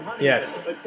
Yes